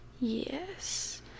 Yes